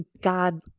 God